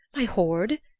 my hoard!